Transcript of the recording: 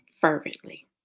fervently